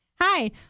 Hi